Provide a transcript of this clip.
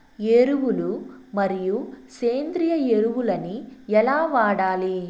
ఎరువులు మరియు సేంద్రియ ఎరువులని ఎలా వాడాలి?